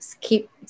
keep